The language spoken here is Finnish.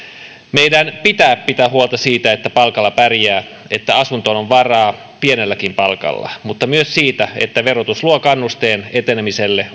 meidän pitää pitää huolta siitä että palkalla pärjää että asuntoon on varaa pienelläkin palkalla mutta myös siitä että verotus luo kannusteen etenemiselle